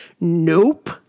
Nope